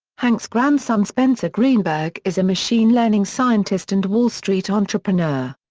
hank's grandson spencer greenberg is a machine learning scientist and wall street entrepreneur.